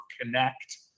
connect